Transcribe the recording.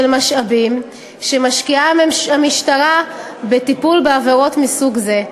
משאבים שמשקיעה המשטרה בטיפול בעבירות מסוג זה,